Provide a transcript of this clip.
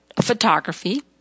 photography